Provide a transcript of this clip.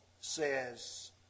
says